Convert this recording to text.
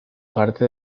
parte